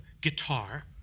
guitar